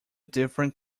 different